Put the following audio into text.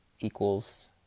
equals